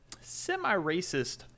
semi-racist